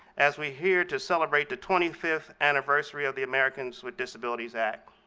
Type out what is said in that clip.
as we're here to celebrate the twenty fifth anniversary of the americans with disabilities act,